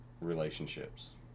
relationships